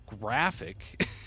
graphic